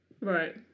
Right